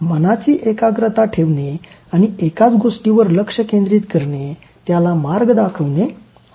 त्यामुळे मनाची एकाग्रता ठेवणे आणि एकाच गोष्टीवर लक्ष केंद्रित करणे त्याला मार्ग दाखवणे आवश्यक आहे